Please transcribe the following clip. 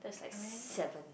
that's like seven